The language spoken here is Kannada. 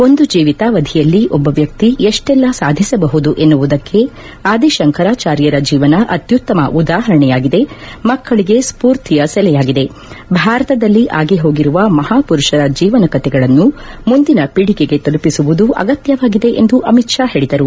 ಒಂದು ಜೀವಿತಾವಧಿಯಲ್ಲಿ ಒಬ್ಬ ವ್ಯಕ್ತಿ ಎಷ್ಟೆಲ್ಲಾ ಸಾಧಿಸಬಹುದು ಎನ್ನುವುದಕ್ಕೆ ಆದಿ ಶಂಕರಾಚಾರ್ಯರ ಜೀವನ ಅತ್ಯುತ್ತಮ ಉದಾಹರಣೆಯಾಗಿದೆ ಮಕ್ಕಳಿಗೆ ಸ್ಪೂರ್ತಿಯ ಸೆಲೆಯಾಗಿದೆ ಭಾರತದಲ್ಲಿ ಆಗಿಹೋಗಿರುವ ಮಹಾಪುರುಷರ ಜೀವನ ಕತೆಗಳನ್ನು ಮುಂದಿನ ಪೀಳಿಗೆಗೆ ತಲುಪಿಸುವುದು ಅಗತ್ಯವಾಗಿದೆ ಎಂದು ಅಮಿತ್ ಷಾ ಹೇಳಿದರು